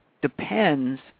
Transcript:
depends